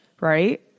Right